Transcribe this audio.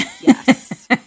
yes